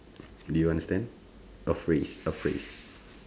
do you understand a phrase a phrase